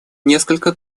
несколько